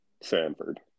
Sanford